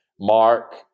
Mark